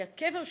כי הקבר שלה,